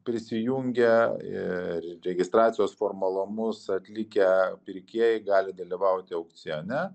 prisijungia ir registracijos formalumus atlikę pirkėjai gali dalyvauti aukcione